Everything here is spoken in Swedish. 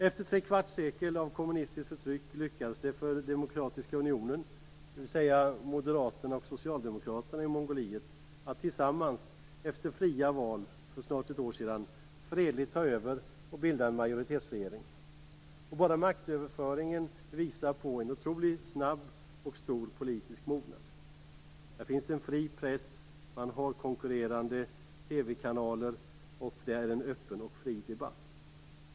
Efter tre kvarts sekel av kommunistiskt förtryck lyckades det för Demokratiska unionen, dvs. moderaterna och socialdemokraterna i Mongoliet, att tillsammans efter fria val för snart ett år sedan fredligt ta över och bilda en majoritetsregering. Bara maktöverföringen visar på en otroligt snabb och stor politisk mognad. Där finns en fri press. Man har konkurrerande TV kanaler, och det är en öppen och fri debatt.